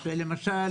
למשל,